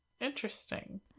Interesting